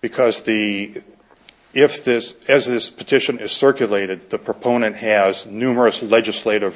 because the if this as this petition is circulated the proponent has numerous legislative